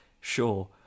sure